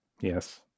Yes